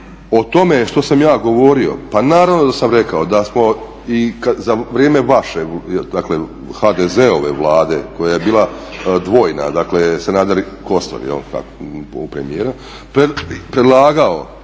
O tome što sam ja govorio pa naravno da sam rekao da smo i za vrijeme vaše, dakle HDZ-ove vlade, koja je bila dvojna, dakle Sanader i Kosor, predlagao,